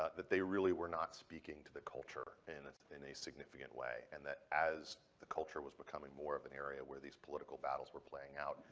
that they really were not speaking to the culture and in a significant way, and that as the culture was becoming more of an area where these political battles were playing out,